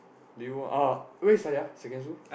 do you oh where you study ah secondary school